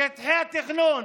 לשטחי התכנון.